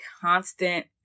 constant